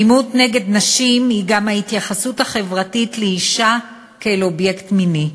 אלימות נגד נשים היא גם ההתייחסות החברתית לאישה כאל אובייקט מיני.